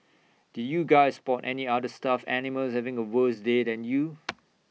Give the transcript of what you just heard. did you guys spot any other stuffed animals having A worse day than you